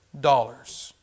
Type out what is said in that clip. dollars